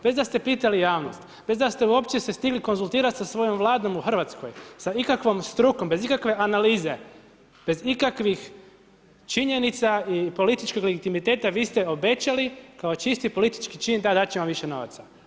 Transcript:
Bez da ste pitali javnost, bez da uopće ste stigli konzultirali sa svojom Vladom u Hrvatskoj, sa ikakvom strukom, bez ikakve analize, bez ikakvih činjenica i političkog legitimiteta, vi ste obećali kao čisti politički čin, da, dat ćemo više novaca.